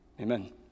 amen